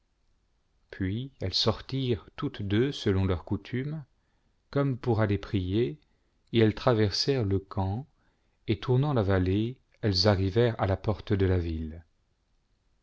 puis elles sortirent toutes deux selon leur coutume comme pour aller prier et elles traversèrent le camp et tournant la vallée elles arrivèrent à la porte de la ville